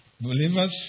Believers